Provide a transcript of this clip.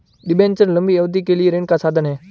debenture लंबी अवधि के लिए ऋण का साधन है